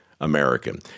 American